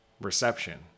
reception